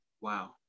Wow